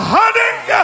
honey